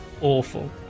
awful